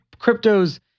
cryptos